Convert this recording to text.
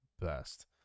best